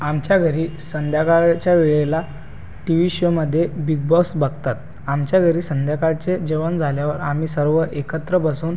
आमच्या घरी संध्याकाळच्या वेळेला टी व्ही शोमध्ये बिग बॉस बघतात आमच्या घरी संध्याकाळचे जेवण झाल्यावर आम्ही सर्व एकत्र बसून